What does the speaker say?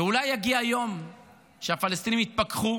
ואולי יגיע יום שהפלסטינים יתפכחו